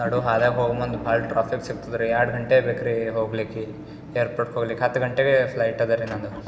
ನಡು ಹಾದಿಯಾಗ ಹೋಗೊ ಮುಂದ ಭಾಳ ಟ್ರಾಫಿಕ್ ಸಿಕ್ತದೆ ರೀ ಎರಡು ಗಂಟೆ ಬೇಕು ರೀ ಹೋಗ್ಲಿಕ್ಕೆ ಏರ್ಪೋಟ್ಗೆ ಹೋಗ್ಲಿಕ್ಕೆ ಹತ್ತು ಗಂಟೆಗೆ ಫ್ಲೈಟ್ ಅದ ರೀ ನನ್ನದು